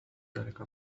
ذلك